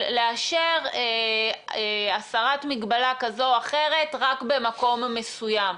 אישור הסרת מגבלה כזו או אחרת רק במקום מסוים.